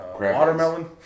watermelon